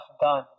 done